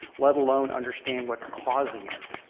let alone understand what's causing it.